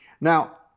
Now